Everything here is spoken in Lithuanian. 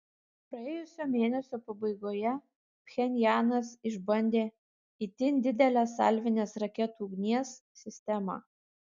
praėjusio mėnesio pabaigoje pchenjanas išbandė itin didelę salvinės raketų ugnies sistemą